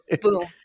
Boom